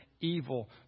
evil